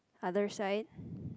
other side